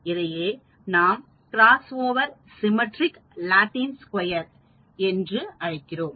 இதையே நாம் cross over சமச்சீர் லத்தீன் ஸ்கொயர் வடிவமைப்பு என்கிறோம்